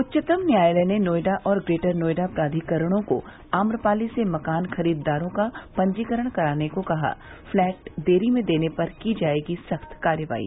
उच्चतम न्यायालय ने नोएडा और ग्रेटर नोएडा प्राधिकरणों को आम्रपाली से मकान खरीददारों का पंजीकरण करने को कहा फ्लैट देने में देरी पर की जायेगी सख्त कार्रवाई